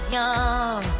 young